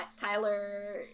tyler